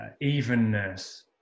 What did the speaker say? evenness